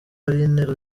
aline